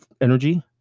energy